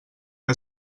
que